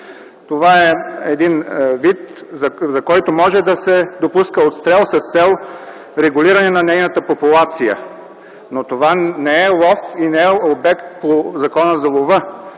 Това е един вид, за който може да се допуска отстрел с цел регулиране на нейната популация. Но това не е лов и не е обект по Закона за лова,